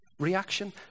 reaction